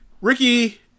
Ricky